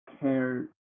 care